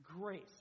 grace